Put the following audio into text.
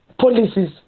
policies